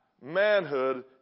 manhood